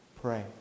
pray